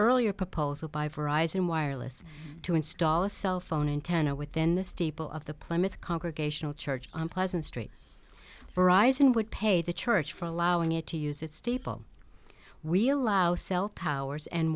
earlier proposal by for eyes in wireless to install a cell phone in ten to within the steeple of the plymouth congregational church pleasant street verizon would pay the church for allowing it to use its steeple we allow cell towers and